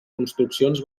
construccions